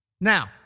Now